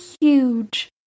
huge